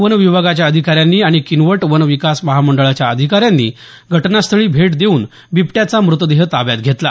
one विभागाच्या अधिकाऱ्यांनी आणि किनवट वन विकास महामंडळाच्या अधिकाऱ्यांनी घटनास्थळी भेट घेऊन बिबट्याचा म्रतदेह ताब्यात घेतला